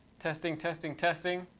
testing, testing. testing,